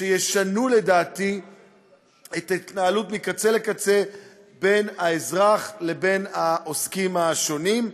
שישנו לדעתי מקצה לקצה את ההתנהלות בין האזרח לבין העוסקים השונים.